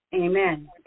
Amen